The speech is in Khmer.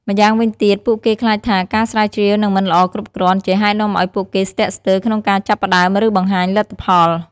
ម៉្យាងវិញទៀត ពួកគេខ្លាចថាការស្រាវជ្រាវនឹងមិនល្អគ្រប់គ្រាន់ ជាហេតុនាំឱ្យពួកគេស្ទាក់ស្ទើរក្នុងការចាប់ផ្តើម ឬបង្ហាញលទ្ធផល។